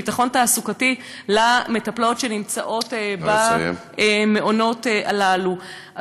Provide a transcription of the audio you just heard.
ביטחון תעסוקתי למטפלות שנמצאות במעונות הללו.